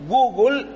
Google